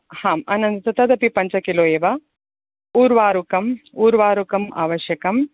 आम् अनन्त तदपि पञ्चकिलो एव ऊर्वारुकम् ऊर्वारुकम् आवश्यकं